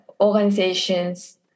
organizations